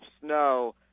snow